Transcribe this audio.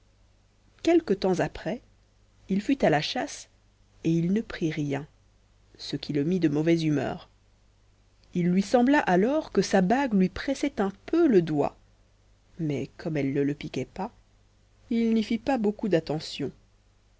quelque temps après il fut à la chasse et il ne prit rien ce qui le mit de mauvaise humeur il lui sembla alors que sa bague lui pressait un peu le doigt mais comme elle ne le piquait pas il n'y fit pas beaucoup attention